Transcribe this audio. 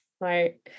Right